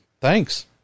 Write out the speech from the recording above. Thanks